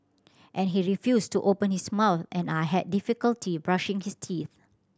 and he refused to open his mouth and I had difficulty brushing his teeth